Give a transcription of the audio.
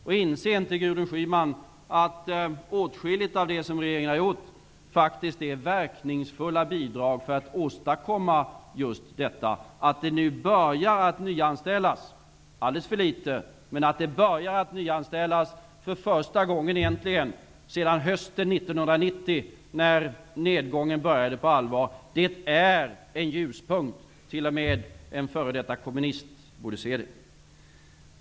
Och inser inte Gudryn Schyman att åtskilligt av det som regeringen har gjort faktiskt är verkningsfulla bidrag för att åstadkomma just detta och att det nu börjar att nyanställas? Det är ännu alldeles för litet, men det börjar nyanställas, egentligen för första gången sedan hösten 1990, när nedgången började på allvar. Det är en ljuspunkt. T.o.m. en f.d. kommunist borde se det.